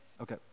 Okay